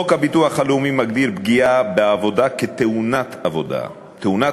חוק הביטוח הלאומי מגדיר פגיעה בעבודה כ"תאונת עבודה"; תאונת